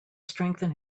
strengthen